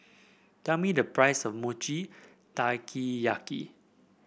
tell me the price of mochi